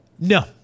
No